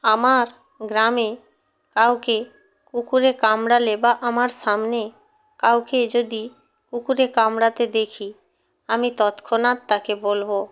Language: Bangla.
আমার গ্রামে কাউকে কুকুরে কামড়ালে বা আমার সামনে কাউকে যদি কুকুরে কামড়াতে দেখি আমি তৎক্ষণাৎ তাকে বলবো